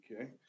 okay